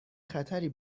خطری